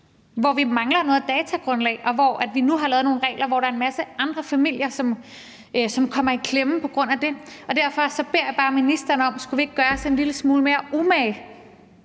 hvor vi mangler et datagrundlag for det, og hvor vi nu har lavet nogle regler, som gør, at en masse andre familier kommer i klemme. Og derfor beder jeg bare ministeren: Skulle vi ikke gøre os en lille smule mere umage